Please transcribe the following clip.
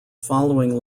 following